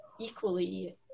equally